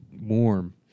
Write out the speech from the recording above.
warm